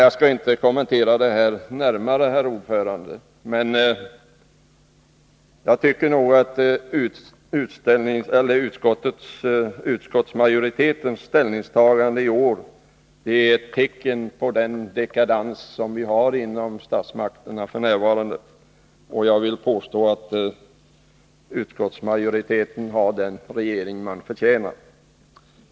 Jag skall inte kommentera detta handlande närmare, herr talman, men jag tycker att utskottsmajoritetens ställningstagande i år är ett tecken på den dekadens som förekommer inom statsmakterna f.n. Jag vill påstå att utskottsmajoriteten har den regering som den förtjänar.